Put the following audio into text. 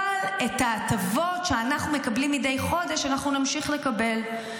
אבל את ההטבות שאנחנו מקבלים מדי חודש אנחנו נמשיך לקבל.